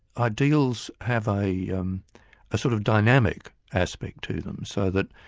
ideals have a um sort of dynamic aspect to them, so that